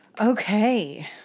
Okay